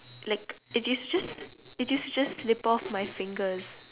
like it used just it used to just slip off my fingers